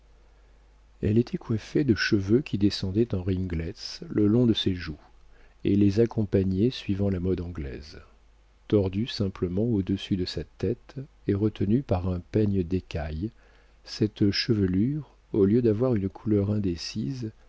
elle était coiffée de cheveux qui descendaient en ringlets le long de ses joues et les accompagnaient suivant la mode anglaise tordue simplement au-dessus de sa tête et retenue par un peigne d'écaille cette chevelure au lieu d'avoir une couleur indécise